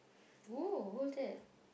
!oo! who's that